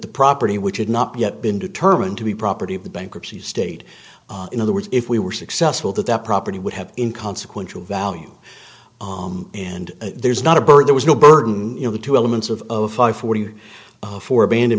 the property which had not yet been determined to be property of the bankruptcy state in other words if we were successful that that property would have in consequential value and there's not a bird there was no burden of the two elements of of five forty four aband